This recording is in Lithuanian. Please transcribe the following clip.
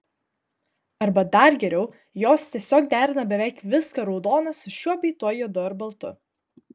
arba dar geriau jos tiesiog derina beveik viską raudoną su šiuo bei tuo juodu ar baltu